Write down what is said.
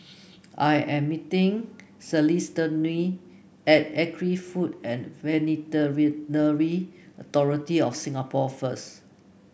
I am meeting Celestino at Agri Food and Veterinary Authority of Singapore first